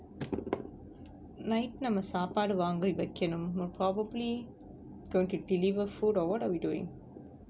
night நம்ம சாப்பாடு வாங்கி வெக்கனும்:namma saapadu vaangi vekkanum we're probably going to deliver food or what are we doing